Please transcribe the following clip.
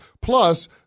Plus